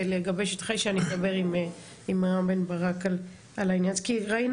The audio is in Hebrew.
ולגבי שטחי אש אני אדבר עם רם בן ברק על העניין כי ראינו